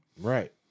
Right